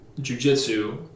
jujitsu